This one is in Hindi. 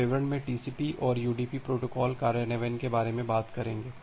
हम विवरण में टीसीपी और यूडीपी प्रोटोकॉल कार्यान्वयन के बारे में बात करेंगे